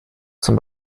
zum